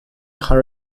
higher